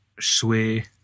sway